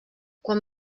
quan